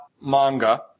manga